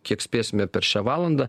kiek spėsime per šią valandą